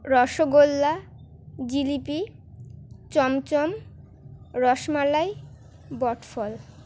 রসগোল্লা জিলিপি চমচম রসমলাই বটফল